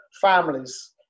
families